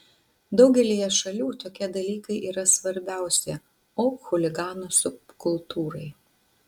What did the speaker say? daugelyje šalių tokie dalykai yra svarbiausi o chuliganų subkultūrai